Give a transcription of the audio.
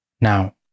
Now